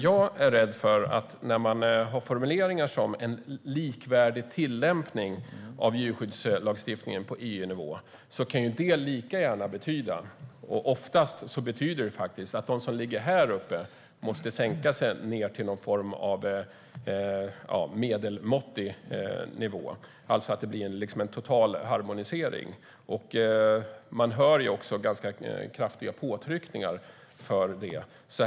Jag är rädd för att formuleringar som "en likvärdig tillämpning av djurskyddslagstiftningen på EU-nivå" lika gärna kan betyda, och det gör de oftast, att de som ligger på en hög nivå måste sänka sig ned till någon form av medelmåttig nivå, alltså att det blir en total harmonisering. Det görs också ganska kraftiga påtryckningar för det.